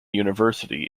university